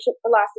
philosophy